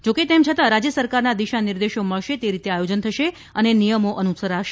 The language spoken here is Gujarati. જોકે તેમ છતાં રાજ્ય સરકારના દિશા નિર્દેશો મળશે તે રીતે આયોજન થશે અને નિયમો અનુસરાશે